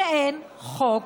שאין חוק